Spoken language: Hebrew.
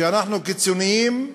שאנחנו קיצוניים,